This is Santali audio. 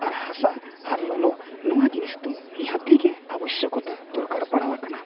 ᱟᱨ ᱦᱟᱥᱟ ᱟᱨ ᱞᱚᱞᱚ ᱱᱚᱣᱟ ᱡᱤᱱᱤᱥ ᱫᱚ ᱱᱤᱦᱟᱹᱛᱤ ᱜᱮ ᱟᱵᱚᱥᱚᱠᱚᱛᱟ ᱫᱚᱨᱠᱟᱨ ᱨᱮ ᱯᱟᱲᱟᱣ ᱟᱠᱟᱱᱟ